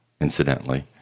incidentally